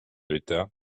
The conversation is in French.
l’état